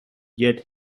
yet